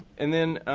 and then,